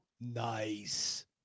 nice